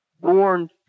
born